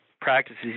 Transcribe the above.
practices